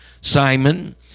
Simon